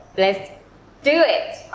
let's do it!